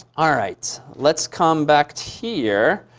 ah right. let's come back here.